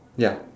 ya